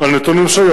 על נתונים שהיו.